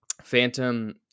Phantom